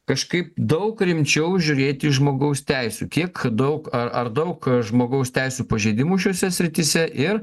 kažkaip daug rimčiau žiūrėti į žmogaus teisių kiek daug a ar daug žmogaus teisių pažeidimų šiose srityse ir